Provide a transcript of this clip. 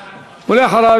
ואחריו,